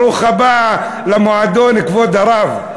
ברוך הבא למועדון, כבוד הרב.